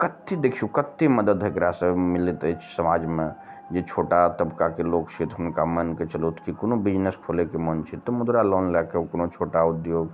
कत्तेक देखियौ कत्तेक मदद एकरा सऽ मिलैत अछि समाजमे जे छोटा तबकाके लोक छथि हुनका मानिके चलू कि कोनो बिजनेस खोलैके मोन छै तऽ मुद्रा लोन लए कऽ कोनो छोटा उद्योग